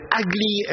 ugly